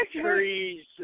trees